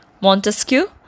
Montesquieu